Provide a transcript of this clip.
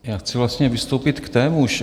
Já chci vlastně vystoupit k témuž.